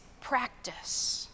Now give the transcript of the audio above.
practice